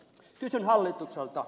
kysyn hallitukselta